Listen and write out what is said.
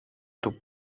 του